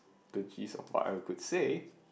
the gist of what I could say